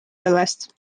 sellest